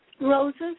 Roses